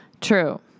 True